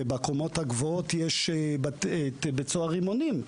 ובקומות הגבוהות יש בית סוהר רימונים,